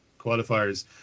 qualifiers